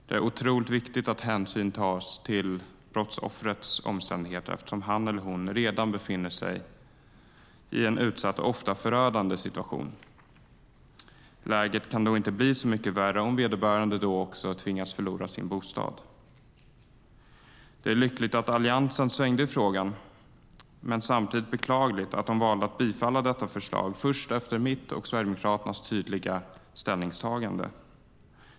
Det är otroligt viktigt att hänsyn tas till brottsoffrets omständigheter, eftersom han eller hon redan befinner sig i en utsatt och ofta förödande situation. Läget kan då inte bli så mycket värre om vederbörande också tvingas förlora sin bostad. Det är lyckligt att Alliansen svängde i frågan men samtidigt beklagligt att de valde att bifalla detta förslag först efter mitt och Sverigedemokraternas tydliga ställningstagande.